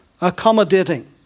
accommodating